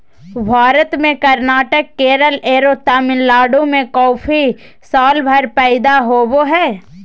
भारत में कर्नाटक, केरल आरो तमिलनाडु में कॉफी सालभर पैदा होवअ हई